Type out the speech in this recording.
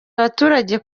abaturage